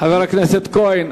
חבר הכנסת כהן.